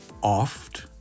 Oft